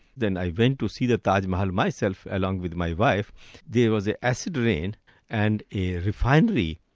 then i went to see the taj mahal myself along with my wife there was ah acid rain and a refinery,